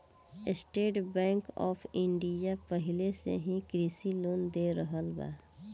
estate Bank of India पाहिले से ही कृषि लोन दे रहल बा